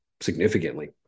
significantly